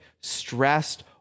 stressed